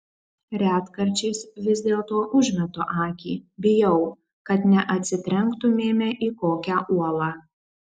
retkarčiais vis dėlto užmetu akį bijau kad neatsitrenktumėme į kokią uolą